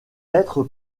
être